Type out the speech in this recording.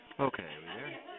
Okay